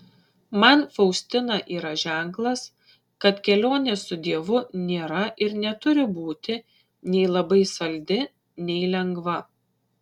man faustina yra ženklas kad kelionė su dievu nėra ir neturi būti nei labai saldi nei lengva